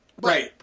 Right